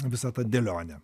visa ta dėlionė